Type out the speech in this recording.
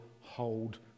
hold